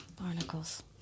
Barnacles